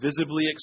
visibly